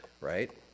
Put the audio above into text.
right